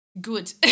good